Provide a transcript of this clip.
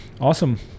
awesome